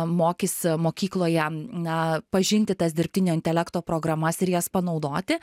mokys mokykloje na pažinti tas dirbtinio intelekto programas ir jas panaudoti